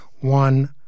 One